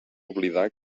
oblidar